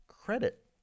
credit